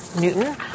Newton